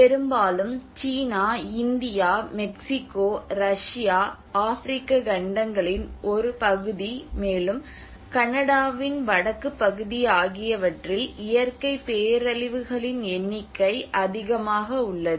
பெரும்பாலும் China India Mexico Russia ஆப்பிரிக்க கண்டங்களின் ஒரு பகுதி மேலும் கனடாவின் வடக்கு பகுதி ஆகியவற்றில் இயற்கை பேரழிவுகளின் எண்ணிக்கை அதிகமாக உள்ளது